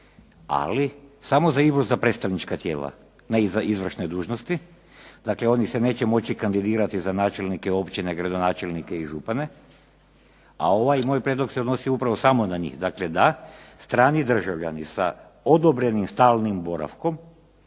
ali samo za izbor za predstavnička tijela na izvršnoj dužnosti. Dakle, oni se neće moći kandidirati za načelnike općina, gradonačelnike i župane. A ovaj moj prijedlog se odnosi upravo samo na njih. Dakle, da, strani državljani sa odobrenim stalnim boravkom